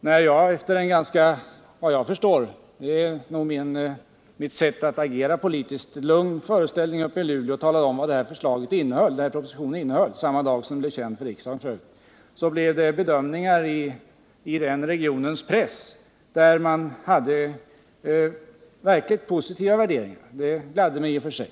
Vid en såvitt jag förstår lugn föreställning — det är nog mitt sätt att agera politiskt — uppe i Luelå talade jag om vad propositionen innehöll. Det var f. ö. samma dag som det blev känt i riksdagen. I regionens press blev det då bedömningar som innehöll verkligt positiva värderingar. Det gladde mig i och för sig.